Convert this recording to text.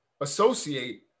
associate